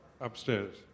upstairs